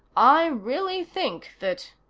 i really think that